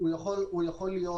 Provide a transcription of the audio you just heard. הוא יכול להיות,